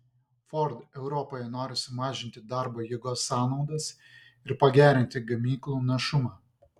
ford europoje nori sumažinti darbo jėgos sąnaudas ir pagerinti gamyklų našumą